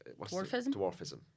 Dwarfism